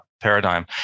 paradigm